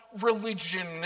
religion